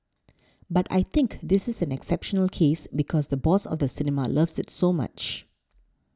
but I think this is an exceptional case because the boss of the cinema loves it so much